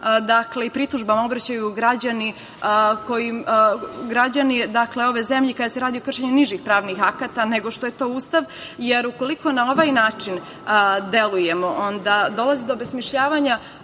i pritužbama obraćaju građani ove zemlje kada se radi o kršenju nižih pravnih akata, nego što je to Ustav, jer ukoliko na ovaj način delujemo da dolazi do obesmišljavanja